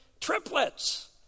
triplets